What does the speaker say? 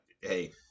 hey